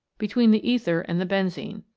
between the ether and the benzene.